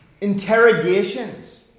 interrogations